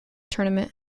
tournament